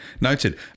noted